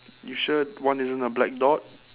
you sure one isn't a black dot